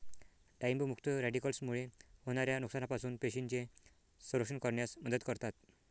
डाळिंब मुक्त रॅडिकल्समुळे होणाऱ्या नुकसानापासून पेशींचे संरक्षण करण्यास मदत करतात